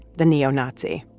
the neo-nazi.